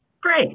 Great